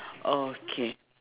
okay